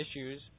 issues